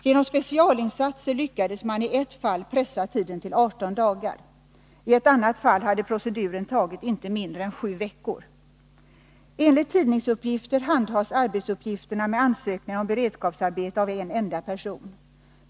Genom specialinsatser lyckades man i ett fall pressa tiden till 18 dagar. I ett annat fall hade proceduren tagit inte mindre än sju veckor. Enligt tidningsuppgifter handhas arbetet med ansökningar om beredskapsarbete av en enda person.